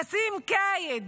נסים כאיד